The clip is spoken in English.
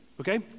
okay